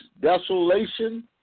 desolation